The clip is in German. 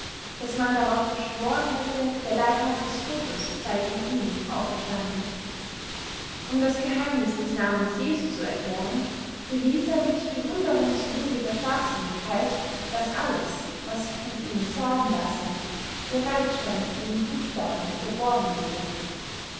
daß man darauf geschworen hätte der leibhafte scotus sey in ihm auferstanden um das geheimniß des namens jesu zu erklären bewieß er mit bewunderungswürdiger scharfsinnigkeit daß alles was sich von ihm sagen lasse bereits schon in den buchstaben verborgen liege